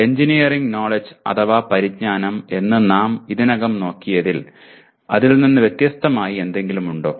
engineering knowledge അഥവാ പരിജ്ഞാനം എന്ന് നാം ഇതിനകം നോക്കിയതിൽ നിന്ന് വ്യത്യസ്തമായി എന്തെങ്കിലും ഉണ്ടോ